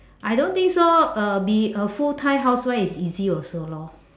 I don't think so uh be a full time housewife is easy also lor